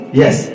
yes